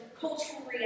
cultural